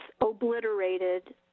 obliterated